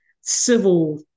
civil